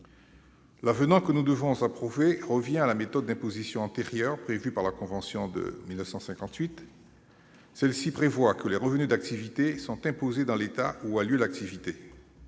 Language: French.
L'avenant que nous devons approuver revient à la méthode d'imposition antérieure, qui résulte de la convention de 1958. Celle-ci prévoit que les revenus d'activité sont imposés dans l'État où se déroule l'activité.